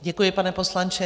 Děkuji, pane poslanče.